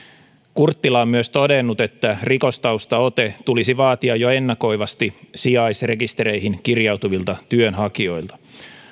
kurttila on myös todennut että rikostaustaote tulisi vaatia jo ennakoivasti sijaisrekistereihin kirjautuvilta työnhakijoilta